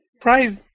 price